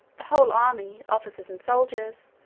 the whole army, officers and soldiers,